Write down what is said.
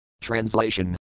Translation